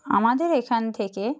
আমাদের এখান থেকে